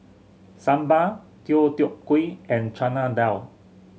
Sambar Deodeok Gui and Chana Dal